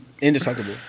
Indestructible